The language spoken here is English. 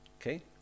okay